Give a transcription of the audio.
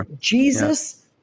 Jesus